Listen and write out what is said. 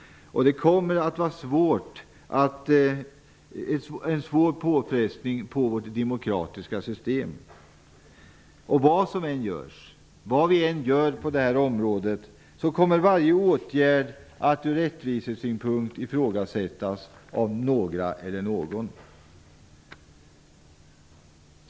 Det kommer att vara en svår påfrestning på vårt demokratiska system. Vad vi än gör på detta område kommer varje åtgärd att ur rättvisesynpunkt ifrågasättas av någon eller några.